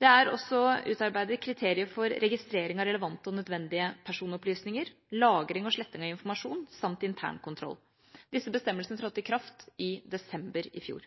Det er også utarbeidet kriterier for registrering av relevante og nødvendige personopplysninger, lagring og sletting av informasjon samt internkontroll. Disse bestemmelsene trådte i kraft i desember i fjor.